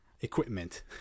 equipment